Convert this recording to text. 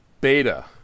Beta